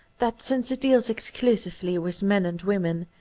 that, since it deals exclusively with men and women,